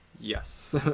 Yes